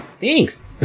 Thanks